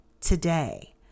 today